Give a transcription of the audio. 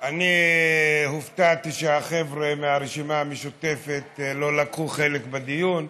אני הופתעתי שהחבר'ה מהרשימה המשותפת לא לקחו חלק בדיון,